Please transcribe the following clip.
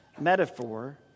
metaphor